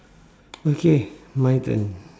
okay my turn